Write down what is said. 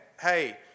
hey